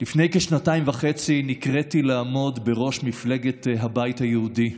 לפני כשנתיים וחצי נקראתי לעמוד בראש מפלגת הבית היהודי,